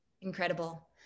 Incredible